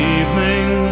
evening